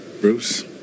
Bruce